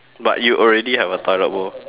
but you already have a toilet bowl